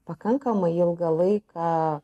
pakankamai ilgą laiką